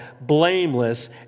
blameless